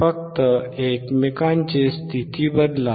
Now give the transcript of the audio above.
फक्त एकमेकांची स्थिती बदला